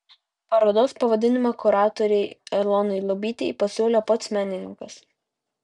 parodos pavadinimą kuratorei elonai lubytei pasiūlė pats menininkas